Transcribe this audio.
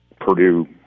Purdue